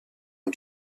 ont